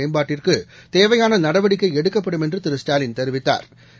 மேம்பாட்டிற்குதேவையானநடவடிக்கைஎடுக்கப்படும் என்றுதிரு ஸ்டாலின் தெரிவித்தாா்